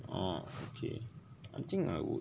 orh okay I think I would